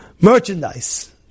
merchandise